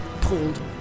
pulled